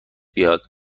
بیاد